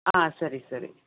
ಹಾಂ ಸರಿ ಸರಿ